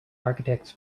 architects